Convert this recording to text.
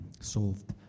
solved